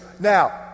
Now